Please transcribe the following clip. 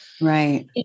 Right